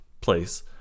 place